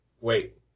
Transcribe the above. Wait